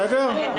בסדר?